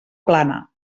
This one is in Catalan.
plana